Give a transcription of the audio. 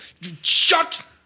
Shut